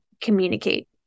communicate